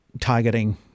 targeting